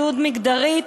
זהות מגדרית,